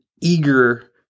eager